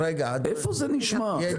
איפה זה נשמע?